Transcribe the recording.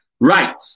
Right